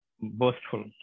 boastful